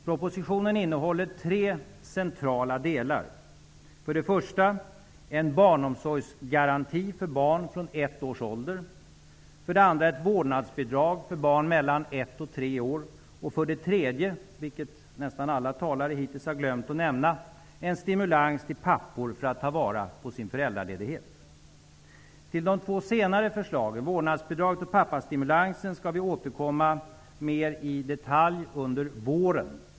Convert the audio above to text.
Propositionen innehåller tre centrala delar: för det första en barnomsorgsgaranti för barn från ett års ålder, för det andra ett vårdnadsbidrag för barn mellan ett och tre års ålder och för det tredje -- vilket nästan alla talare hittills har glömt att nämna -- en stimulans för pappor att ta vara på sin föräldraledighet. Till de båda senare förslagen, vårdnadsbidraget och pappastimulansen, skall vi återkomma mer i detalj under våren.